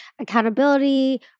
accountability